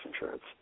insurance